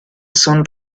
son